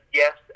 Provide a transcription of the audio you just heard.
yes